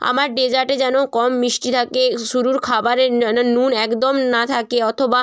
আমার ডেসার্টে যেন কম মিষ্টি থাকে শুরুর খাবারে নুন একদম না থাকে অথবা